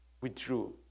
withdrew